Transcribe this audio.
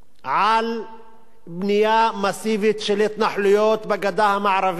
על בנייה מסיבית של התנחלויות בגדה המערבית